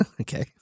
okay